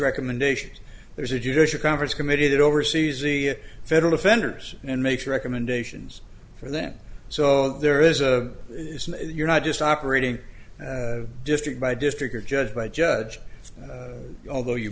recommendations there's a judicial conference committee that oversees the federal offenders and makes recommendations for them so there is a you're not just operating district by district or judge by judge although you